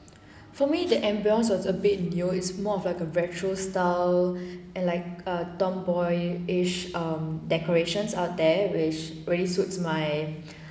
for me the ambience was a bit new is more of like a retro style and like a tomboyish um decorations out there which really suits my